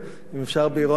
אם אפשר באירוניה,